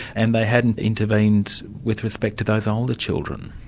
and they hadn't intervened with respect to those older children.